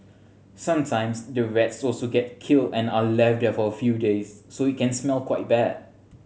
sometimes the rats also get killed and are left there for a few days so it can smell quite bad